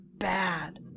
bad